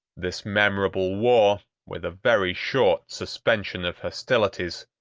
this memorable war, with a very short suspension of hostilities,